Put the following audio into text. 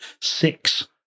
six